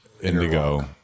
indigo